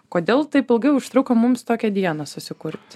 kodėl taip ilgai užtruko mums tokią dieną susikurti